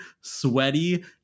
sweaty